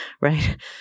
right